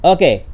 Okay